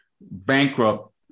bankrupt